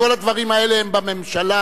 כל הדברים האלה הם בממשלה,